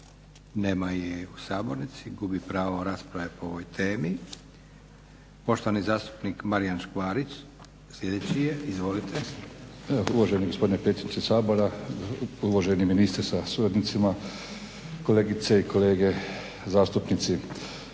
Nema je u sabornici, gubi pravo rasprave o ovoj temi. Poštovani zastupnik Marijan Škvarić sljedeći je. Izvolite. **Škvarić, Marijan (HNS)** Uvaženi gospodine predsjedniče Sabora, uvaženi ministre sa suradnicima, kolegice i kolege zastupnici.